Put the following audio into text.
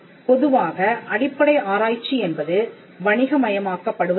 பொதுவாக அடிப்படை ஆராய்ச்சி என்பது வணிகமயமாக்கப் படுவதில்லை